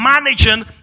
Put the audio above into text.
Managing